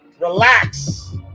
relax